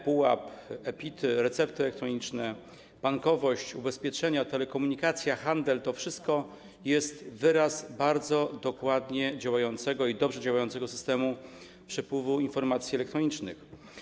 ePUAP, e-PIT-y, recepty elektroniczne, bankowość, ubezpieczenia, telekomunikacja, handel - to wszystko jest wyrazem bardzo dokładnie i dobrze działającego systemu przepływu informacji elektronicznych.